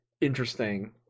interesting